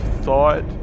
thought